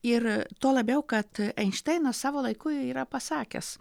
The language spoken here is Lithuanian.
ir tuo labiau kad einšteinas savo laiku yra pasakęs